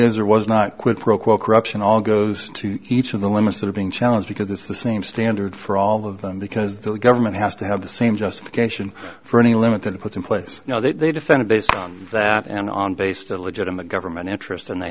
is or was not quid pro quo corruption all goes to each of the limits that are being challenged because it's the same standard for all of them because the government has to have the same justification for any limit that it puts in place you know that they defended based on that and on based a legitimate government interest and they